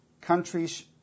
countries